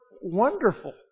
wonderful